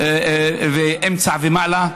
אמצע ומעלה,